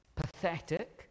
pathetic